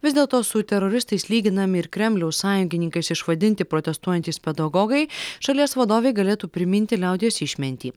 vis dėlto su teroristais lyginami ir kremliaus sąjungininkais išvadinti protestuojantys pedagogai šalies vadovei galėtų priminti liaudies išmintį